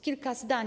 Kilka zdań.